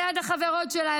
ליד החברות שלה,